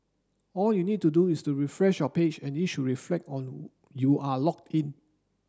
all you need to do is to refresh your page and it should reflect on you are logged in